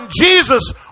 Jesus